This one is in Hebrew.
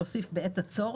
נוסיף את המילים בעת הצורך?